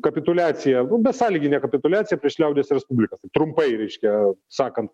kapituliacija besąlyginė kapituliacija prieš liaudies respublikas trumpai reiškia sakant